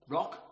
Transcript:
Rock